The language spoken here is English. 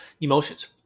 emotions